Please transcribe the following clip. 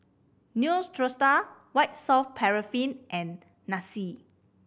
Neostrata White Soft Paraffin and